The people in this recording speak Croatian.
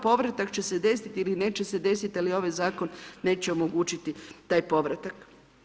Povratak će se desiti ili neće se desiti, ali ovaj zakon neće omogućiti taj povratak.